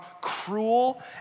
cruel